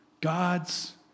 God's